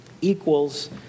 equals